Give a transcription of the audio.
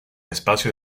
espacio